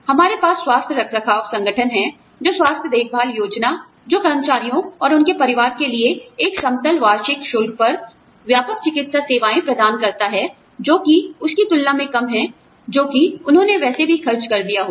हमारे पास स्वास्थ्य रखरखाव संगठन है जो स्वास्थ्य देखभाल योजना जो कर्मचारियों और उनके परिवारों के लिए एक समतल वार्षिक शुल्क पर व्यापक चिकित्सा सेवाएं प्रदान करता है जो कि उसकी तुलना में कम है जो कि उन्होंने वैसे भी खर्च कर दिया होता